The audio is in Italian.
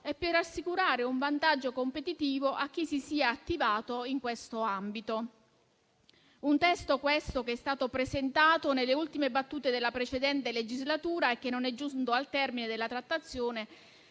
e per assicurare un vantaggio competitivo a chi si sia attivato in questo ambito. Un testo questo che è stato presentato nelle ultime battute della precedente legislatura e che non è giunto al termine della trattazione